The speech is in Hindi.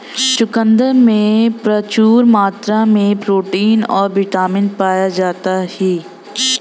चुकंदर में प्रचूर मात्रा में प्रोटीन और बिटामिन पाया जाता ही